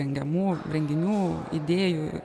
rengiamų renginių idėjų